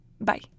Bye